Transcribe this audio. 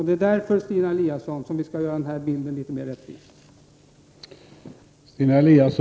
Det är därför som jag vill att vi skall göra den här bilden litet mer rättvis, Stina Eliasson.